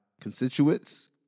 constituents